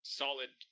solid